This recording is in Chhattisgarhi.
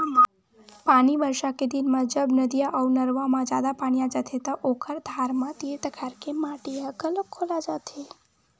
पानी बरसा के दिन म जब नदिया अउ नरूवा म जादा पानी आ जाथे त ओखर धार म तीर तखार के माटी ह घलोक खोला जाथे